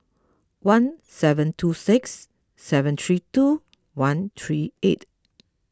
one seven two six seven three two one three eight